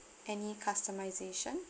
any customization